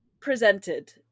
presented